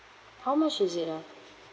how much is it ah